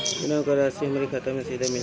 योजनाओं का राशि हमारी खाता मे सीधा मिल जाई?